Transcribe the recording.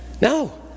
No